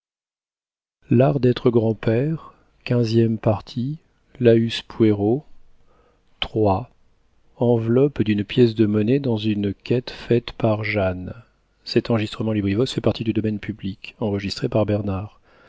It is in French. enveloppe d'une pièce de monnaie dans une quête faite par jeanne